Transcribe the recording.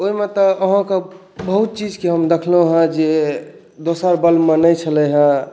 ओहिमे तऽ अहाँके बहुत चीजके हम देलखलहुँ हँ जे दोसर बल्बमे नहि छलैया हँ